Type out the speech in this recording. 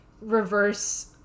reverse